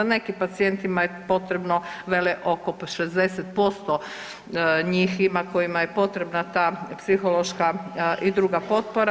Nekim pacijentima je potrebno vele oko 60% njih ima kojima je potrebna ta psihološka i druga potpora.